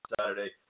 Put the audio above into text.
Saturday